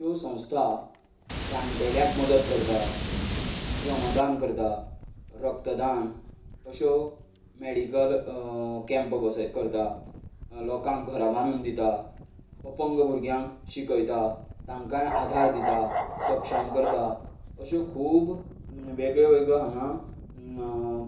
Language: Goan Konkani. त्यो संस्था जाण्टेल्यांक मदत करतात श्रमदान करतात रक्तदान अश्यो मेडिकल कॅम्प कसो करतात लोकांक घरां बांदून दितात अपंग भुरग्यांक शिकयतात तांकांय आदार दितात सक्षम करतात अश्यो खूब वेगळ्यो वेगळ्यो हांगां